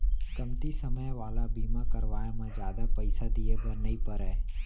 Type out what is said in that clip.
कमती समे वाला बीमा करवाय म जादा पइसा दिए बर नइ परय